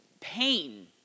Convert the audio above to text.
pain